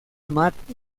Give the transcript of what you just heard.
matt